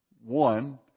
one